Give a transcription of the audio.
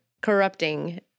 corrupting